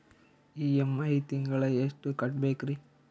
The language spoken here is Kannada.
ಇ.ಎಂ.ಐ ತಿಂಗಳ ಎಷ್ಟು ಕಟ್ಬಕ್ರೀ?